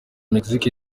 mexique